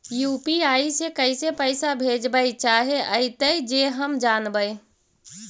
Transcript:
UPI से कैसे पैसा भेजबय चाहें अइतय जे हम जानबय?